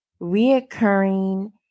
reoccurring